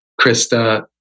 Krista